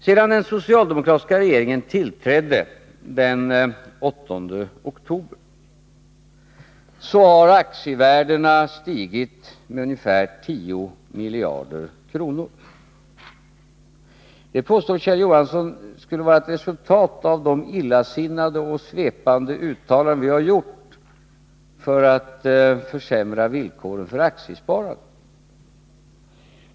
Sedan den socialdemokratiska regeringen tillträdde den 8 oktober har aktievärdena stigit med ungefär 10 miljarder kronor. Det påstår Kjell Johansson skulle vara ett resultat av de illasinnade och svepande uttalanden vi gjort för att försämra villkoren för aktiesparandet.